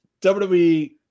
WWE